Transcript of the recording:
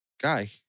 Guy